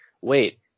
wait